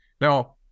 now